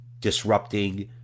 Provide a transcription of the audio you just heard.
disrupting